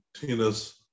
Tina's